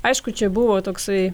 aišku čia buvo toksai